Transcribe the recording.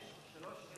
יש שלוש שאילתות.